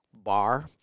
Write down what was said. bar